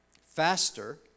faster